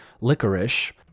licorice